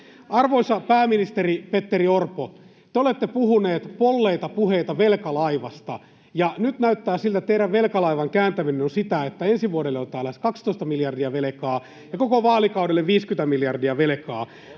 Arvoisa pääministeri Petteri Orpo, te olette puhunut polleita puheita velkalaivasta, ja nyt näyttää, että teidän velkalaivan kääntämisenne on sitä, että ensi vuodelle otetaan lähes 12 miljardia velkaa [Perussuomalaisten